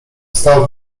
wstał